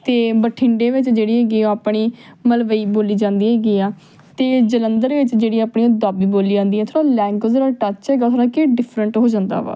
ਅਤੇ ਬਠਿੰਡੇ ਵਿੱਚ ਜਿਹੜੀ ਹੈਗੀ ਆ ਆਪਣੀ ਮਲਵਈ ਬੋਲੀ ਜਾਂਦੀ ਹੈਗੀ ਆ ਅਤੇ ਜਲੰਧਰ ਵਿੱਚ ਜਿਹੜੀ ਆਪਣੀ ਉਹ ਦੁਆਬੀ ਬੋਲੀ ਜਾਂਦੀ ਹੈ ਥੋੜ੍ਹਾ ਲੈਂਗੁਏਜ ਨਾਲ ਟੱਚ ਹੈਗਾ ਥੋੜ੍ਹਾ ਕਿ ਡਿਫਰੈਂਟ ਹੋ ਜਾਂਦਾ ਵਾ